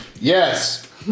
Yes